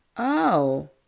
oh!